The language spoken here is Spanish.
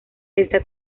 esta